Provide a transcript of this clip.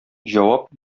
җавап